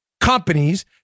companies